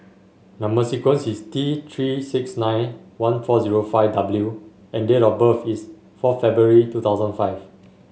number sequence is T Three six nine one four zero five W and date of birth is four February two thousand five